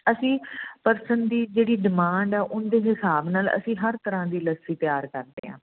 ਅਸੀਂ ਪਰਸਨ ਦੀ ਜਿਹੜੀ ਡਿਮਾਂਡ ਹੈ ਉਹ ਦੇ ਹਿਸਾਬ ਨਾਲ ਅਸੀਂ ਹਰ ਤਰ੍ਹਾਂ ਦੀ ਲੱਸੀ ਤਿਆਰ ਕਰਦੇ ਹਾਂ